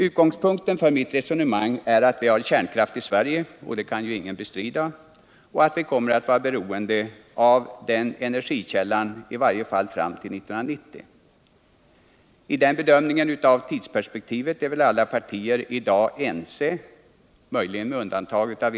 Utgångspunkten för mitt resonemang är att vi har kärnkraft i Sverige — det kan ju ingen bestrida — och att vi kommer att vara beroende av denna energikälla i varje fall fram till 1990: I den bedömningen av tidsperspektivet är välalla partier i dag ense. möjligen med undantag av vpk.